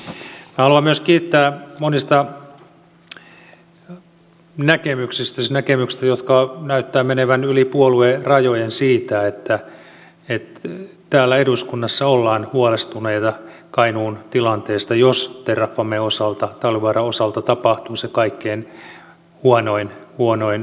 minä haluan myös kiittää monista näkemyksistä näkemyksistä jotka näyttävät menevän yli puoluerajojen siitä että täällä eduskunnassa ollaan huolestuneita kainuun tilanteesta jos terrafamen osalta talvivaaran osalta tapahtuu se kaikkein huonoin vaihtoehto